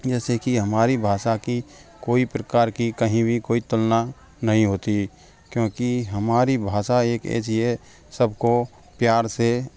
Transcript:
जैसे कि हमारी भाषा की कोई प्रकार की कहीं भी कोई तुलना नही होती क्योंकि हमारी भाषा एक ऐसी है सबको प्यार से